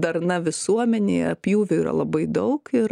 darna visuomenėje pjūvių yra labai daug ir